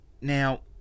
Now